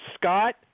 Scott